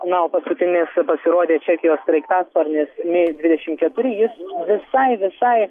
na o paskutinis pasirodė čekijos sraigtasparnis mi dvidešimt keturi jis visai visai